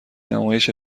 نمایش